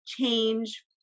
change